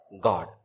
God